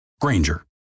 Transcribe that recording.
Granger